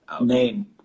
name